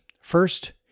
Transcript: first